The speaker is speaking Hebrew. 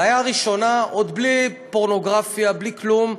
הבעיה הראשונה, עוד בלי פורנוגרפיה, בלי כלום,